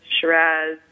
Shiraz